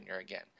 again